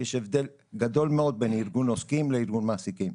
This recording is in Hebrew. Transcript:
יש הבדל גדול מאוד בין ארגון עוסקים לארגון מעסיקים.